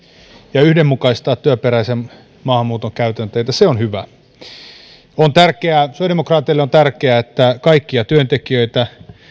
ja yhdenmukaistaa työperäisen maahanmuuton käytänteitä on hyvä sosiaalidemokraateille on tärkeää että kaikkia työntekijöitä